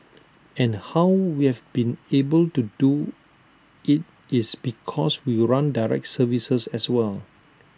and how we've been able to do IT is because we run direct services as well